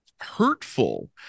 hurtful